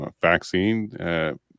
vaccine